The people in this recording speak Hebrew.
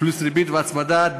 פלוס ריבית והצמדה.